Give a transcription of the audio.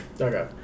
Okay